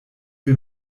wir